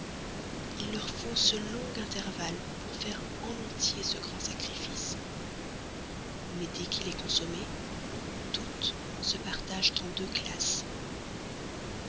il leur faut ce long intervalle pour faire en entier ce grand sacrifice mais dès qu'il est consommé toutes se partagent en deux classes